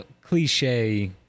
cliche